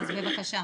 אז, בבקשה.